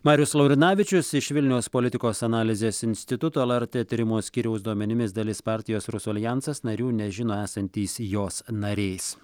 marius laurinavičius iš vilniaus politikos analizės instituto lrt tyrimų skyriaus duomenimis dalis partijos rusų aljansas narių nežino esantys jos nariais